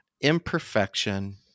Imperfection